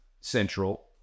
Central